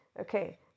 Okay